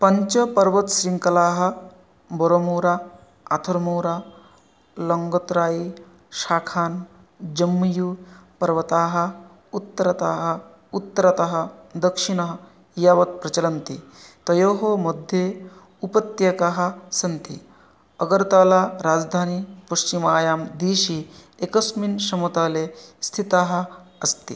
पञ्च पर्वतशृङ्खलाः बोरोमूरा आथर्मूरा लङ्गत्रायि शाखान् जम्मियु पर्वताः उत्तरताः उत्तरतः दक्षिण यावत् प्रचलन्ति तयोः मध्ये उपत्यकाः सन्ति अगर्ताला राजधानी पश्चिमायां दिशि एकस्मिन् समतले स्थितः अस्ति